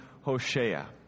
Hosea